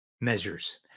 measures